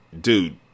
dude